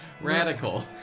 Radical